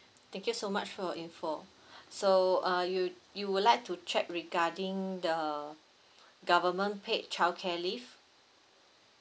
thank you so much for your info so uh you you would like to check regarding the government paid childcare leave